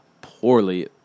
poorly